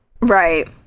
Right